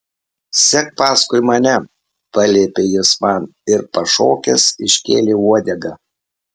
sek paskui mane paliepė jis man ir pašokęs iškėlė uodegą